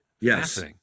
Yes